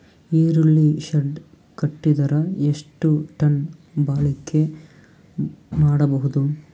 ಈರುಳ್ಳಿ ಶೆಡ್ ಕಟ್ಟಿದರ ಎಷ್ಟು ಟನ್ ಬಾಳಿಕೆ ಮಾಡಬಹುದು?